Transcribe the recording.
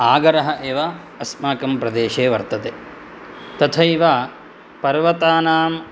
आगरः एव अस्माकं प्रदेशे वर्तते तथैव पर्वतानां